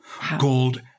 called